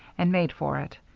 and made for it.